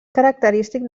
característic